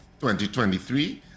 2023